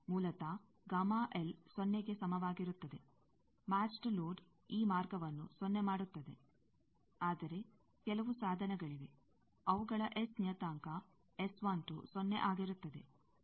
ಮೂಲತಃ ಸೊನ್ನೆಗೆ ಸಮಾನವಾಗಿರುತ್ತದೆ ಮ್ಯಾಚ್ದ್ ಲೋಡ್ ಈ ಮಾರ್ಗವನ್ನು ಸೊನ್ನೆ ಮಾಡುತ್ತದೆ ಆದರೆ ಕೆಲವು ಸಾಧನಗಳಿವೆ ಅವುಗಳ ಎಸ್ ನಿಯತಾಂಕ ಸೊನ್ನೆ ಆಗಿರುತ್ತದೆ